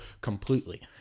completely